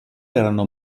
erano